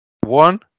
One